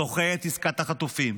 דוחה את עסקת החטופים,